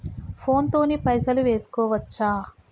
Phone తోని పైసలు వేసుకోవచ్చా?